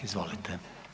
Izvolite.